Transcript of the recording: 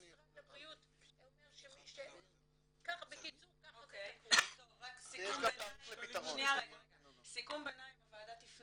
משרד הבריאות אומר --- בקיצור ככה --- סיכום ביניים: הוועדה תפנה